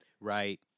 Right